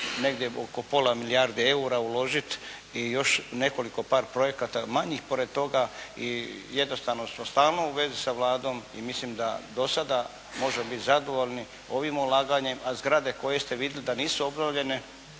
negdje oko pola milijarde eura uložiti i još nekoliko par projekata manjih pored toga i jednostavno smo stalno u vezi sa Vladom i mislim da do sada možemo biti zadovoljni ovim ulaganjem, a zgrade koje ste vidjeli da nisu obnovljene,